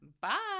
Bye